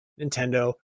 Nintendo